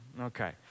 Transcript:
Okay